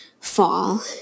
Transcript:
fall